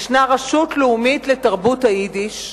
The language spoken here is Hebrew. יש רשות לאומית לתרבות היידיש,